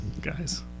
guys